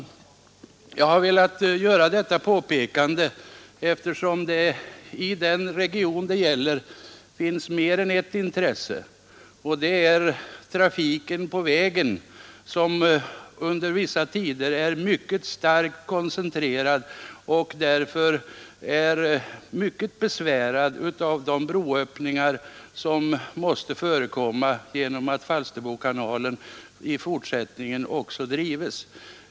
Jag har velat göra detta påpekande, eftersom det i den region det gäller finns mer än ett intresse. Det andra intresset representeras av trafiken på vägen, som under vissa tider är mycket starkt koncentrerad och därför är mycket besvärad av de broöppningar som måste förekomma genom att Falsterbokanalen drivs också i fortsättningen.